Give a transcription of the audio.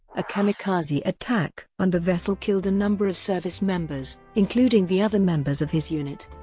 a kamikaze attack on the vessel killed a number of service members, including the other members of his unit.